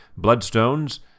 Bloodstones